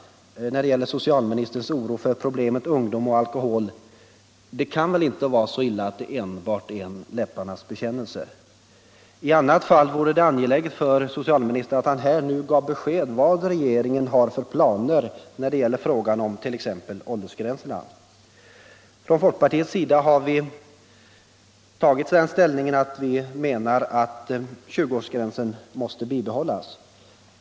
När det gäller socialministerns oro för problemet ungdom och alkohol skulle jag vilja upprepa frågan: Det kan väl inte vara så illa att det enbart är en läpparnas bekännelse? Om så inte är fallet är det angeläget att socialministern nu ger besked om regeringens planer när det gäller frågan om t.ex. åldersgränserna. Vi har i folkpartiet tagit den ställningen att vi menar att 20-årsgränsen måste bibehållas.